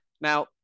Now